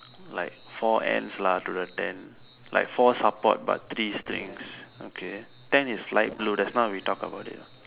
like four ends lah to the tent like four support but three strings okay tent is light blue just now we talk about it